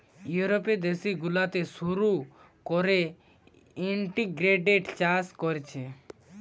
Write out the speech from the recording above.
ইউরোপীয় দেশ গুলাতে শুরু কোরে ইন্টিগ্রেটেড চাষ কোরছে